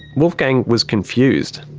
wolfgang was confused.